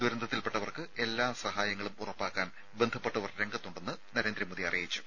ദുരന്തത്തിൽപ്പെട്ടവർക്ക് എല്ലാ സഹായങ്ങളും ഉറപ്പാക്കാൻ ബന്ധപ്പെട്ടവർ രംഗത്തുണ്ടെന്ന് നരേന്ദ്രമോദി അറിയിച്ചു